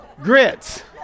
grits